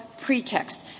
pretext